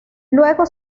luego